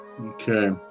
Okay